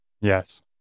Yes